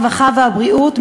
הרווחה והבריאות,